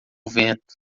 vento